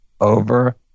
over